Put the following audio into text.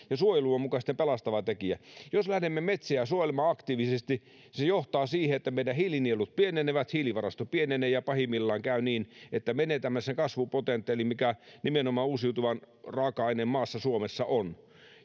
ja suojelu on muka sitten pelastava tekijä jos lähdemme metsiä suojelemaan aktiivisesti se johtaa siihen että meidän hiilinielut pienenevät ja hiilivarasto pienenee ja pahimmillaan käy niin että menetämme sen kasvupotentiaalin mikä nimenomaan uusiutuvan raaka aineen maassa suomessa on